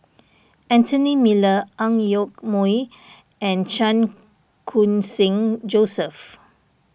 Anthony Miller Ang Yoke Mooi and Chan Khun Sing Joseph